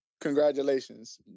Congratulations